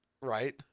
right